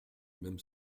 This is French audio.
même